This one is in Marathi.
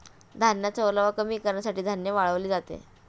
धान्याचा ओलावा कमी करण्यासाठी धान्य वाळवले जाते